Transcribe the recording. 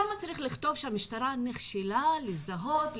שם צריך לכתוב שהמשטרה נכשלה לזהות,